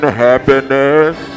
happiness